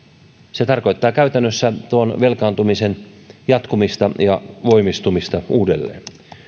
se tarkoittaa käytännössä tuon velkaantumisen jatkumista ja voimistumista uudelleen